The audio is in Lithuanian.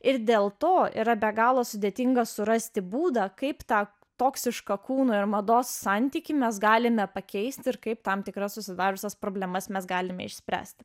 ir dėl to yra be galo sudėtinga surasti būdą kaip tą toksišką kūno ir mados santykį mes galime pakeisti ir kaip tam tikras susidariusias problemas mes galime išspręsti